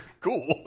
Cool